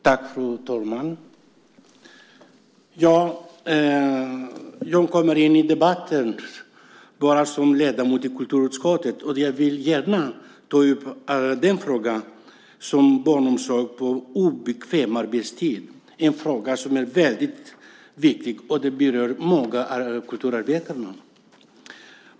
Fru talman! Jag kommer in i debatten som ledamot i kulturutskottet. Jag vill gärna ta upp att frågan om barnomsorg på obekväm arbetstid är en fråga som är väldigt viktig och berör många kulturarbetare.